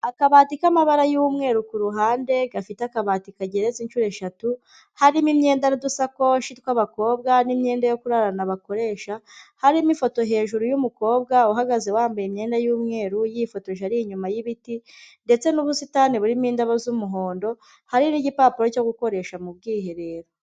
Akabati k'amabara y'umweru kuhande, gafite akabati kageretse inshuro eshatu, harimo imyenda n'udusakoshi tw'abakobwa, n'imyenda yo kurarana bakoresha, harimo ifoto hejuru y'umukobwa uhagaze wambaye imyenda y'umweru yifotoje ari inyuma y'ibiti, ndetse n'ubusitani burimo indabo z'umuhondo, hari n'igipapuro cyo gukoresha mu bwiherero.